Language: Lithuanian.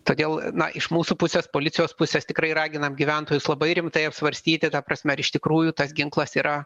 todėl iš mūsų pusės policijos pusės tikrai raginam gyventojus labai rimtai apsvarstyti ta prasme ar iš tikrųjų tas ginklas yra